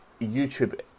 youtube